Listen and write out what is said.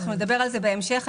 נדבר על זה בהמשך.